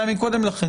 קודם לכן.